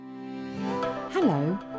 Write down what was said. hello